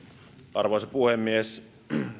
arvoisa puhemies